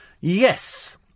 Yes